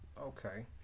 Okay